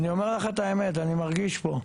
אני אומר לך את האמת, אני מרגיש פה.